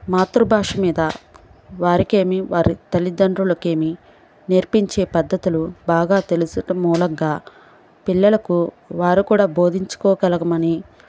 మాతృభాష మీద వారికేమీ వారి తల్లితండ్రులకేమీ నేర్పించే పద్ధతులు బాగా తెలుసుట మూలంగా పిల్లలకు వారు కూడా బోధించుకోగలగమని